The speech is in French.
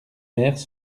mères